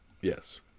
Yes